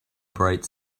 bright